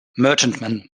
merchantmen